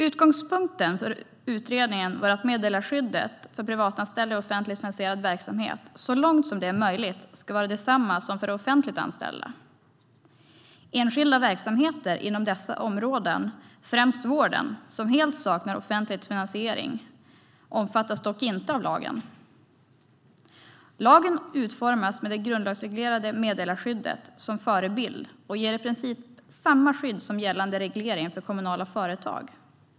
Utgångspunkten för utredningen var att meddelarskyddet för privatanställda i offentligt finansierad verksamhet så långt som möjligt ska vara detsamma som för offentligt anställda. Enskilda verksamheter inom dessa områden, främst vården, som helt saknar offentlig finansiering omfattas dock inte av lagen. Lagen utformas med det grundlagsreglerade meddelarskyddet som förebild och ger i princip samma skydd som gällande reglering för kommunala företag.